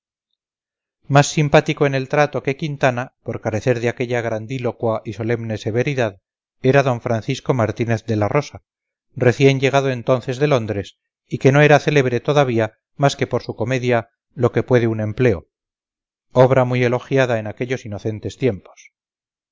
más simpático en el trato que quintana por carecer de aquella grandílocua y solemne severidad era d francisco martínez de la rosa recién llegado entonces de londres y que no era célebre todavía más que por su comedia lo que puede un empleo obra muy elogiada en aquellos inocentes tiempos